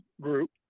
group